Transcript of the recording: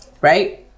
right